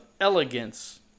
elegance